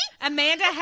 Amanda